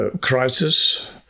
crisis